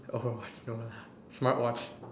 oh no lah smart watch